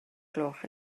gloch